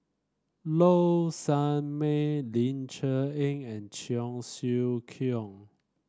Low Sanmay Ling Cher Eng and Cheong Siew Keong